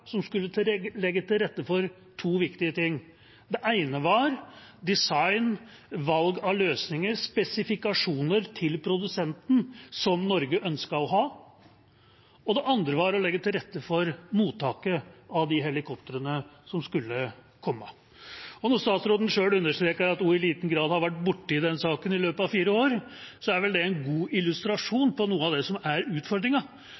som skulle legge til rette for to viktige ting. Det ene var design, valg av løsninger, spesifikasjoner til produsenten som Norge ønsket å ha, og det andre var å legge til rette for mottaket av de helikoptrene som skulle komme. Når statsråden selv understreket at hun i liten grad hadde vært borti den saken i løpet av fire år, er vel det en god